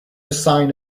sign